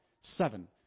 seven